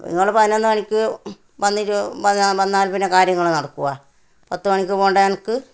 അപ്പം നിങ്ങൾ പതിനൊന്ന് മണിക്ക് വന്നിരു വന്നാ വന്നാൽ പിന്നെ കാര്യങ്ങൾ നടക്കുമോ പത്ത് മണിക്ക് പോകേണ്ട എനിക്ക്